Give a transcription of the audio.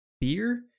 beer